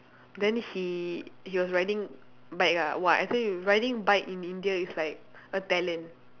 then he he was riding bike ah !wah! I say you riding bike in India is like a talent